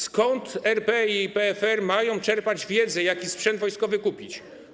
Skąd ARP i PFR mają czerpać wiedzę, jaki sprzęt wojskowy kupić?